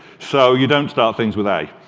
so you don't start things with a.